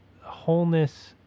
wholeness